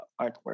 artwork